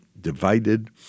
divided